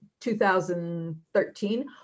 2013